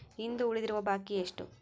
ಇಂದು ಉಳಿದಿರುವ ಬಾಕಿ ಎಷ್ಟು?